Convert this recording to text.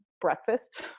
breakfast